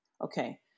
Okay